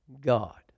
God